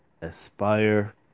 aspire